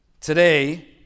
Today